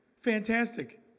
Fantastic